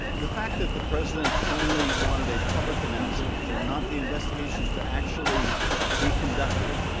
the fact that the president only wanted a public announcement, and not the investigations to actually be conducted,